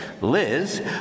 Liz